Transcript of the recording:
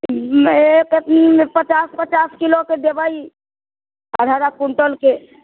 पचास पचास किलो क देबै आधा आधा क्वींटल के